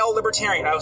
Libertarian